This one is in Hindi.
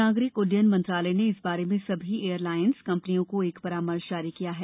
नागरिक उड्डयन मंत्रालय ने इस बारे में सभी एयरलाइन कंपनियों को एक परामर्श जारी किया है